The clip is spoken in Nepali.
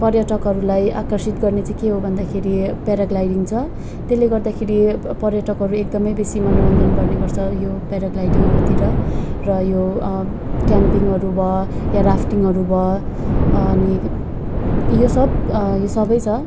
पर्यटकहरूलाई आकर्षित गर्ने चाहिँ के हो भन्दाखेरि प्याराग्लाइडिङ छ त्यसले गर्दाखेरि पर्यटकहरू एकदमै बेसी मनोरञ्जन गर्ने गर्छ यो प्यराग्लाइडिङहरूतिर र यो क्यामपिनहरू भयो या राफ्टिङहरू भयो अनि यो सब यो सबै छ